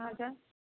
हजुर